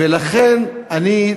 ולכן אני,